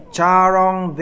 Charong